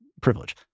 privilege